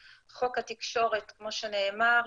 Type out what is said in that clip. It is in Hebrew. חוק התקשורת כמו שנאמר,